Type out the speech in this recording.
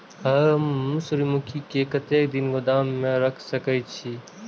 हम सूर्यमुखी के कतेक दिन गोदाम में रख सके छिए?